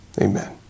Amen